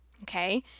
Okay